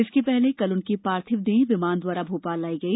इसके पहले कल उनकी पार्थिव देह विमान द्वारा भोपाल लाई गई